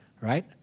right